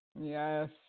Yes